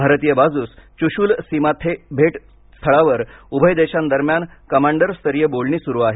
भारतीय बाजूस चुशूल सीमा भेट स्थळावर उभय देशांदरम्यान कमांडरस्तरीय बोलणी सुरु झाली आहेत